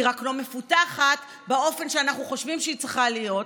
היא רק לא מפותחת באופן שאנחנו חושבים שהיא צריכה להיות,